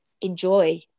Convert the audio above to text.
enjoy